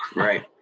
right.